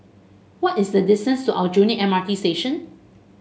what is the distance to Aljunied M R T Station